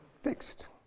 fixed